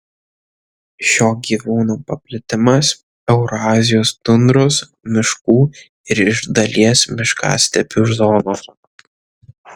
šio gyvūno paplitimas eurazijos tundros miškų ir iš dalies miškastepių zonos